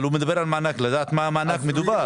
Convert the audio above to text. אבל הוא מדבר על מענק, לדעת מה המענק מדובר.